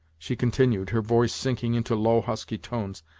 she continued, her voice sinking into low, husky tones,